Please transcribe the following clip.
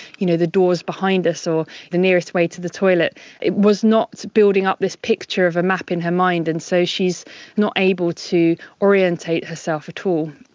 you know, the door is behind us, or the nearest way to the toilet it was not building up this picture of a map in her mind, and so she's not able to orientate herself at